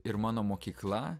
ir mano mokykla